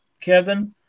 kevin